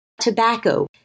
Tobacco